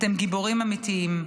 אתם גיבורים אמיתיים.